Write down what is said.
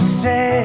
say